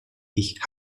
ich